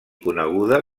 coneguda